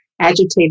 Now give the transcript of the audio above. agitated